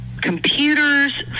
computers